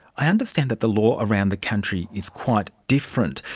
i understand that the law around the country is quite different.